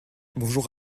bonjour